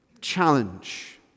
challenge